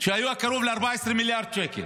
קרוב ל-14 מיליארד שקל.